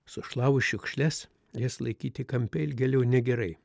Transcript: sušlavus šiukšles jas laikyti kampe ilgėliau negerai